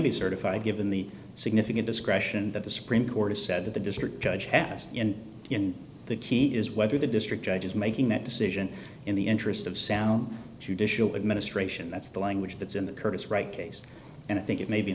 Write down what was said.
be certified given the significant discretion that the supreme court has said that the desert judge has in the key is whether the district judge is making that decision in the interest of sound judicial administration that's the language that's in the curtis right case and i think it may be in